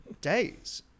days